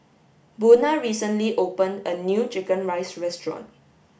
Buna recently opened a new chicken rice restaurant